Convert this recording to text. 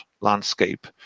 landscape